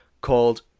called